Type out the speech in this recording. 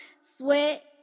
sweat